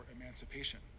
emancipation